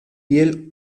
piel